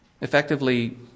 Effectively